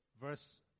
verse